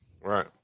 Right